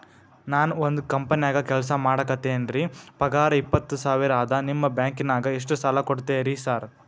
ನಾನ ಒಂದ್ ಕಂಪನ್ಯಾಗ ಕೆಲ್ಸ ಮಾಡಾಕತೇನಿರಿ ಪಗಾರ ಇಪ್ಪತ್ತ ಸಾವಿರ ಅದಾ ನಿಮ್ಮ ಬ್ಯಾಂಕಿನಾಗ ಎಷ್ಟ ಸಾಲ ಕೊಡ್ತೇರಿ ಸಾರ್?